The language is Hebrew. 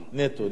נטו, נטו.